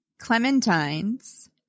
clementines